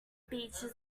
beaches